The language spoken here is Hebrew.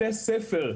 בתי ספר,